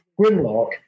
Grimlock